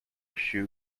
shoe